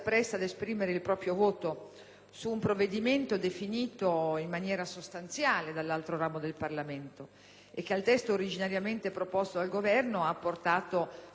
su un provvedimento definito in maniera sostanziale dall'altro ramo del Parlamento, che al testo originariamente proposto dal Governo ha apportato significativi miglioramenti.